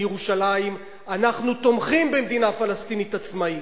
מירושלים: אנחנו תומכים במדינה פלסטינית עצמאית,